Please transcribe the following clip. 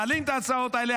מעלים את ההצעות האלה,